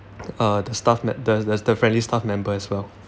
uh the staff that the s~ the the friendly staff member as well